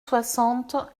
soixante